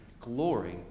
glory